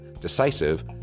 decisive